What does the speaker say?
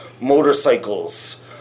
motorcycles